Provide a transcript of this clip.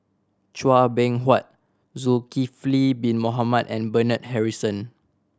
Chua Beng Huat Zulkifli Bin Mohamed and Bernard Harrison